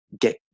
get